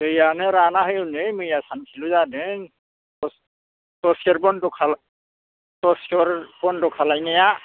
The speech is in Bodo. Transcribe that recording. दैआनो रानाखै हनै मैया सानसेल' जादों स्लुइस गेट बनद' खालायनाया